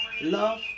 love